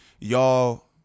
Y'all